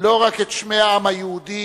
לא רק את שמי העם היהודי,